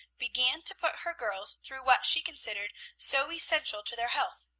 began to put her girls through what she considered so essential to their health.